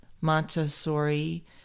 Montessori